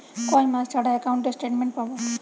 কয় মাস ছাড়া একাউন্টে স্টেটমেন্ট পাব?